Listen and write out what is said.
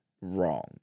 wrong